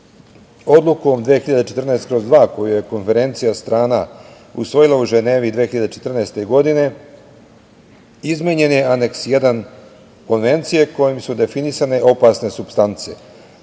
Odlukom 2014/2 koju je Konferencija strana usvojila u Ženevi 2014. godine izmenjen je Aneks 1 Konvencije kojim su definisane opasne supstance. Izmenama